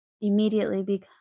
immediately